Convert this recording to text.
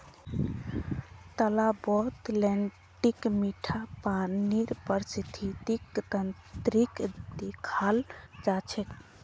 तालाबत लेन्टीक मीठा पानीर पारिस्थितिक तंत्रक देखाल जा छे